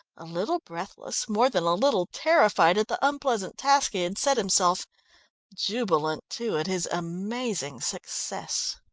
a little breathless, more than a little terrified at the unpleasant task he had set himself jubilant, too, at his amazing success.